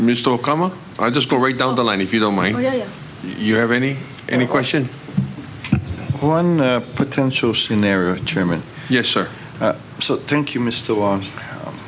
missed all come up i just go right down the line if you don't mind you have any any question one potential scenario in german yes sir so thank